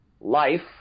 life